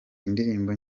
indirimbo